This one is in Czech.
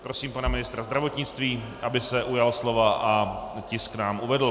Prosím pana ministra zdravotnictví, aby se ujal slova a tisk nám uvedl.